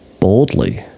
boldly